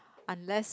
unless